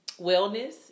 Wellness